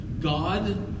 God